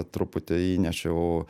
truputį įnešiau